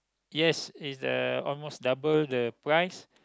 yes is uh almost double the price